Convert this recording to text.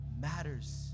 matters